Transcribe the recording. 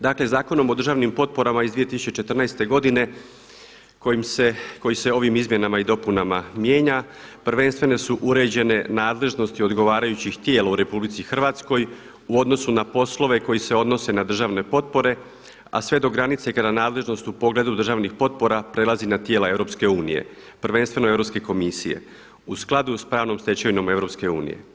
Dakle, Zakonom o državnim potporama iz 2014. godine koji se ovim izmjenama i dopunama mijenja prvenstveno su uređene nadležnosti odgovarajućih tijela u RH u odnosu na poslove koji se odnose na državne potpore, a sve do granice kada nadležnost u pogledu državnih potpora prelazi na tijela EU, prvenstveno Europske komisije u skladu sa pravnom stečevinom EU.